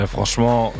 Franchement